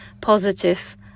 positive